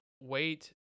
Wait